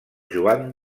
joan